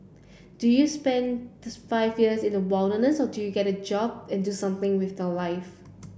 do you spend five years in the wilderness or do you get a job and do something with your life